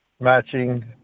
matching